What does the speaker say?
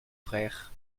frères